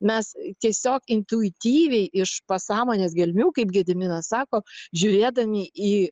mes tiesiog intuityviai iš pasąmonės gelmių kaip gediminas sako žiūrėdami į